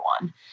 one